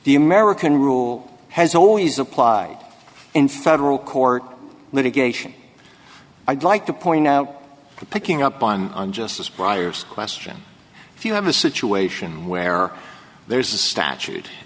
the american rule has always applied in federal court litigation i'd like to point out picking up on on justice briar's question if you have a situation where there's a statute